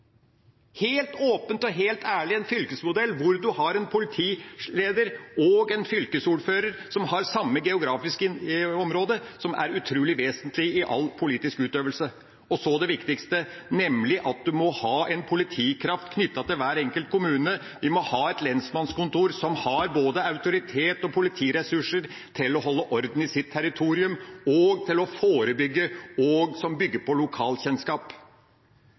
Helt åpent og helt ærlig, en fylkesmodell hvor en har en politileder og en fylkesordfører som har samme geografiske område, som er utrulig vesentlig i all politisk utøvelse. Så det viktigste – nemlig at en må ha en politikraft knyttet til hver enkelt kommune. Vi må ha et lensmannskontor som har både autoritet og politiressurser til å holde orden i sitt territorium og til å forebygge, og som bygger på lokalkjennskap.